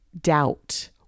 doubt